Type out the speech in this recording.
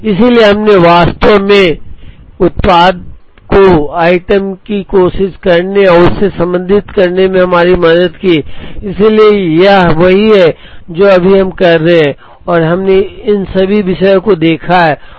इसलिए इसने वास्तव में उत्पाद को आइटम की कोशिश करने और उससे संबंधित करने में हमारी मदद की इसलिए यह वही है जो अभी हम कर रहे हैं और हमने इन सभी विषयों को देखा है